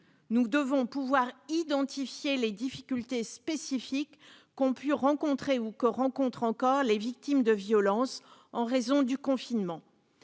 nous devons pouvoir identifier les difficultés spécifiques qu'ont pu rencontrer ou que rencontrent encore les victimes de violences en raison du confinement,